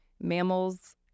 mammals